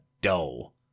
dull